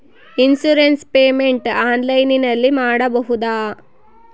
Insurance payment ಆನ್ಲೈನಿನಲ್ಲಿ ಮಾಡಬಹುದಾ?